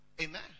Amen